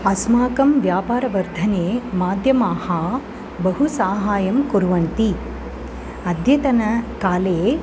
अस्माकं व्यापारवर्धने माध्यमाः बहु साहायं कुर्वन्ति अद्यतनकाले